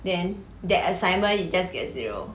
then that assignment you just get zero